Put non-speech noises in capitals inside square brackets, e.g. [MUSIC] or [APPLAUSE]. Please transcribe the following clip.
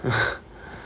[LAUGHS]